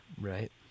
Right